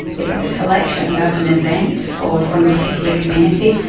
if it's a collection about an event or from a particular community,